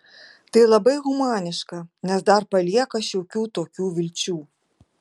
tai labai humaniška nes dar palieka šiokių tokių vilčių